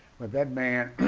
but that man